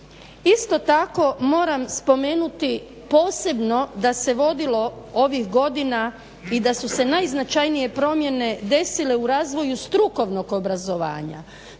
Isto tako moram spomenuti posebno da se vodilo ovih godina i da su se najznačajnije promjene desile u razvoju strukovnog obrazovanja.